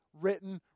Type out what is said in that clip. written